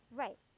right